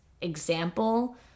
example